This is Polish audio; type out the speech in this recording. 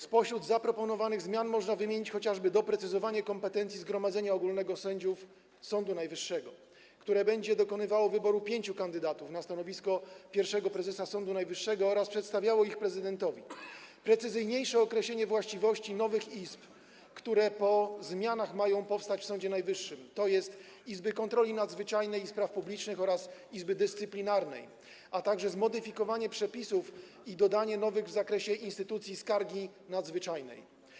Spośród zaproponowanych zmian można wymienić chociażby doprecyzowanie kompetencji Zgromadzenia Ogólnego Sędziów Sądu Najwyższego, które będzie dokonywało wyboru pięciu kandydatów na stanowisko pierwszego prezesa Sądu Najwyższego oraz przedstawiało ich prezydentowi, precyzyjniejsze określenie właściwości nowych izb, które po zmianach mają powstać w Sądzie Najwyższym, tj. Izby Kontroli Nadzwyczajnej i Spraw Publicznych oraz Izby Dyscyplinarnej, a także zmodyfikowanie przepisów i dodanie nowych w zakresie instytucji skargi nadzwyczajnej.